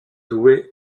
douai